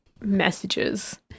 messages